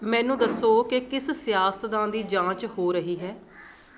ਮੈਨੂੰ ਦੱਸੋ ਕਿ ਕਿਸ ਸਿਆਸਤਦਾਨ ਦੀ ਜਾਂਚ ਹੋ ਰਹੀ ਹੈ